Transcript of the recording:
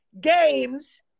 games